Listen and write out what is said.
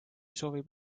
soovib